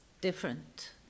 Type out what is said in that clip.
different